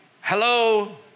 Hello